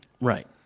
Right